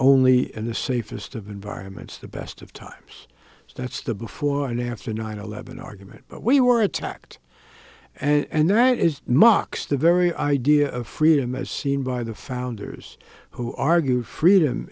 only in the safest of environments the best of times that's the before and after nine eleven argument but we were attacked and there it is mocks the very idea of freedom as seen by the founders who argue freedom